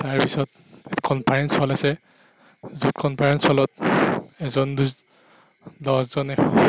তাৰপিছত তাৰপিছত conference hall আছে য'ত কনফাৰেঞ্চ হলত এজন দুজ দহজনে